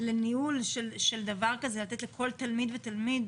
לניהול של דבר כזה, לתת לכל תלמיד ותלמיד